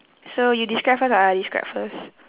so you describe first or I describe first